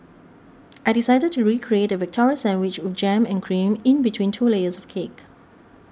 I decided to recreate the Victoria Sandwich with jam and cream in between two layers of cake